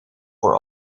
voor